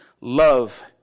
love